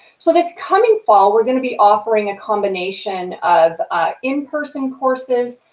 so this coming fall we're going to be offering a combination of in-person courses,